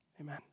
Amen